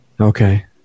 Okay